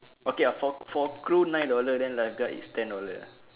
okay ah for for crew nine dollar then lifeguard is ten dollar ah